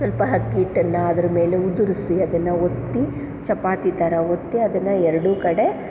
ಸ್ವಲ್ಪ ಅಕ್ಕಿ ಹಿಟ್ಟನ್ನು ಅದ್ರಮೇಲೆ ಉದುರಿಸಿ ಅದನ್ನು ಒತ್ತಿ ಚಪಾತಿ ಥರ ಒತ್ತಿ ಅದನ್ನು ಎರಡೂ ಕಡೆ